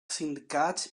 sindicats